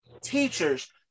teachers